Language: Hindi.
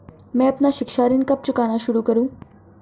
मैं अपना शिक्षा ऋण कब चुकाना शुरू करूँ?